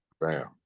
bam